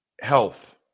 health